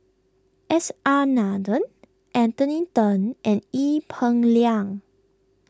S R Nathan Anthony then and Ee Peng Liang